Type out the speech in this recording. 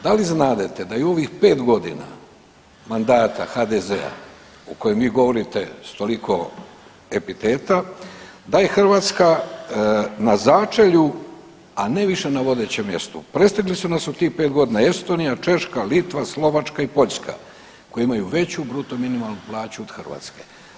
Da li znadete da je u ovih 5.g. mandata HDZ-a o kojem vi govorite s toliko epiteta da je Hrvatska na začelju, a ne više na vodećem mjestu, prestigli su nas u tih 5.g. Estonija, Češka, Litva, Slovačka i Poljska koji imaju veću bruto minimalnu plaću od Hrvatske?